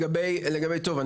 טוב,